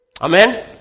Amen